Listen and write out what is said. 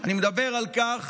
אני מדבר על כך